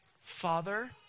Father